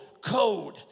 code